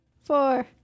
Four